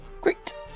Great